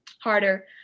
harder